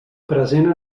present